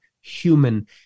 human